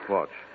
Watch